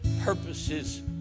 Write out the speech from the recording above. purposes